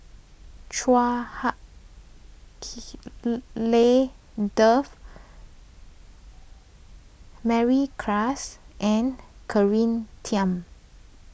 Chua Hak Lien Dave Mary Klass and Tham